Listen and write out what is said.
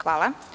Hvala.